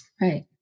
Right